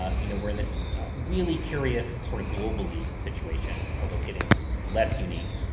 ah you know, we're in this really curious sort of globally situation, although getting less unique,